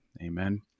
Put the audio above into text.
Amen